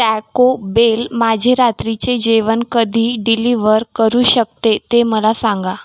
taco Bell माझे रात्रीचे जेवण कधी डिलीवर करू शकते ते मला सांगा